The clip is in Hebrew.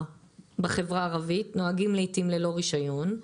בחברה הערבית נוהגים לעיתים ללא רישיון,